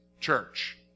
Church